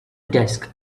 desk